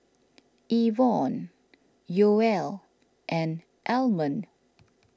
Ivonne Yoel and Almond